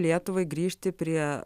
lietuvai grįžti prie